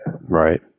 Right